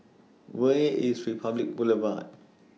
Where IS Republic Boulevard